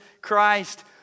Christ